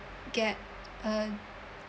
get uh